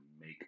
make